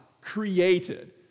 created